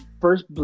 first